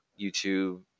YouTube